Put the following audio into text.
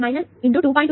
25 milliampere 4